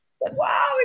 Wow